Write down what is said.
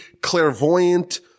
clairvoyant